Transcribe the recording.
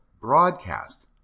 broadcast